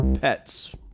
pets